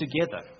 together